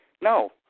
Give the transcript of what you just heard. No